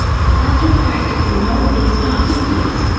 that's when practically nobody was talking to us,